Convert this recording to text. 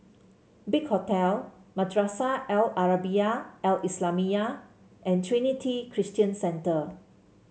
Big Hotel Madrasah Al Arabiah Al Islamiah and Trinity Christian Centre